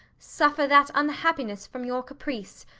suffer that unhappiness from your caprice,